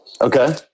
Okay